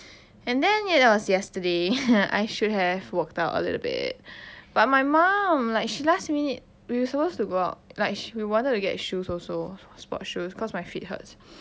and then that was yesterday I should have worked out a little bit but my mum like she last minute we were supposed to go out like we wanted to get shoes also sports shoes cause my feet hurts